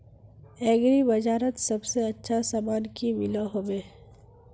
Agri बजारोत सबसे अच्छा सामान की मिलोहो होबे?